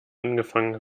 angefangen